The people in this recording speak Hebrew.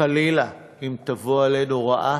חלילה, אם תבוא עלינו רעה.